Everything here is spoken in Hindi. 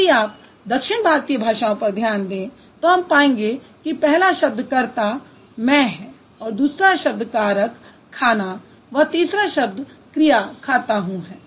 यदि आप दक्षिण भारतीय भाषाओं पर ध्यान दें तो हम पाएंगे कि पहला शब्द कर्ता मैं है दूसरा शब्द कारक खाना व तीसरा शब्द क्रिया खाता हूँ है